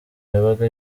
yabaga